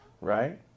Right